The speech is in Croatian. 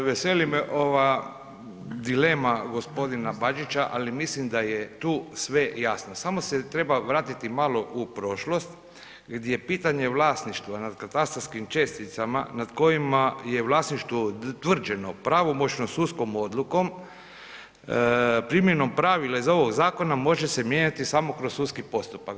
Veseli me ova dilema g. Bačića, ali mislim da je tu sve jasno, samo se treba vratiti malo u prošlost gdje pitanje vlasništva nad katastarskim česticama na kojima je vlasništvo utvrđeno pravomoćnom sudskom odlukom, primjenom pravila iz ovoga zakona, može se mijenjati samo kroz sudski postupak.